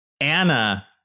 Anna